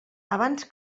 abans